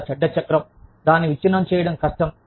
చాలా చెడ్డ చక్రం దాన్ని విచ్ఛిన్నం చేయడం కష్టం